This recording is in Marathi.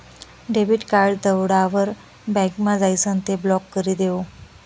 डेबिट कार्ड दवडावर बँकमा जाइसन ते ब्लॉक करी देवो